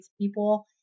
people